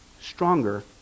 stronger